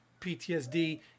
PTSD